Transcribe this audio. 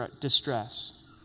distress